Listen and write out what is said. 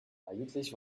eigentlich